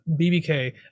bbk